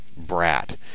Brat